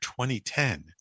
2010